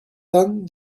then